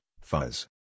fuzz